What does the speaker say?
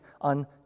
on